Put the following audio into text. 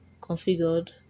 configured